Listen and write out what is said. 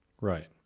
right